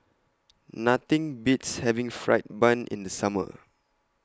Nothing Beats having Fried Bun in The Summer